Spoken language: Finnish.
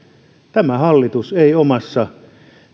tämä hallitus ei omassa